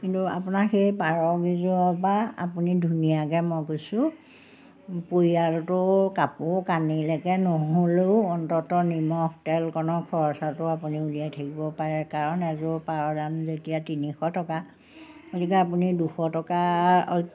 কিন্তু আপোনাৰ সেই পাৰকেইযোৰৰপৰা আপুনি ধুনীয়াকৈ মই কৈছোঁ পৰিয়ালটোৰ কাপোৰ কানিলৈকে নহ'লেও অন্তত নিমখ তেলকণৰ খৰচাটো আপুনি উলিয়াই থাকিব পাৰে কাৰণ এযোৰ পাৰ দাম যেতিয়া তিনিশ টকা গতিকে আপুনি দুশ টকা